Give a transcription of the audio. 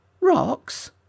rocks